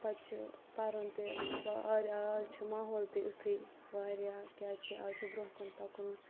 پَتہٕ چھ پَرُن تہِ آز چھُ ماحول تہِ یُتھٕے واریاہ کیازکہِ آز چھُ برونٛہہ کُن پَکُن